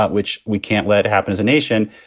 but which we can't let happen as a nation.